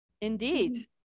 indeed